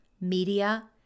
media